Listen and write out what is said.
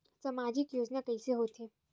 सामजिक योजना कइसे होथे?